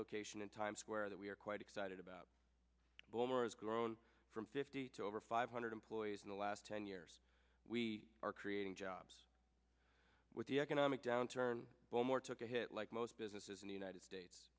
location in times square that we are quite excited about boomer has grown from fifty to over five hundred employees in the last ten years we are creating jobs with the economic downturn well more took a hit most businesses in the united states